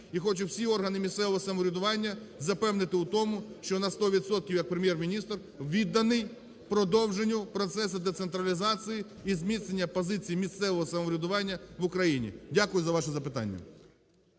І хочу всі органи місцевого самоврядування запевнити в тому, що на 100 відсотків як Прем'єр-міністр відданий продовженню процесу децентралізації і зміцнення позиції місцевого самоврядування в Україні. Дякую за ваше запитання.